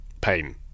pain